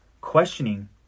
questioning